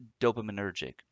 dopaminergic